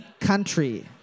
country